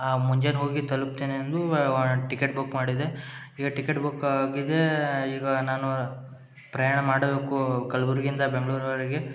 ಮುಂಜಾನೆ ಹೋಗಿ ತಲುಪ್ತೇನೆ ಎಂದು ಟಿಕೆಟ್ ಬುಕ್ ಮಾಡಿದೆ ಈಗ ಟಿಕೆಟ್ ಬುಕ್ ಆಗಿದೆ ಈಗ ನಾನು ಪ್ರಯಾಣ ಮಾಡಬೇಕು ಕಲ್ಬುರ್ಗಿಯಿಂದ ಬೆಂಗ್ಳೂರ ವರೆಗೆ